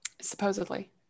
Supposedly